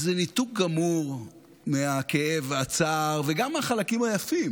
איזה ניתוק גמור מהכאב והצער, וגם מהחלקים היפים,